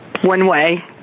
one-way